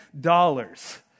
dollars